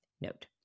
Note